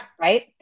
Right